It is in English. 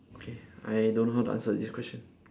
okay I don't know how to answer this question